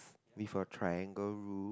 with a triangle roof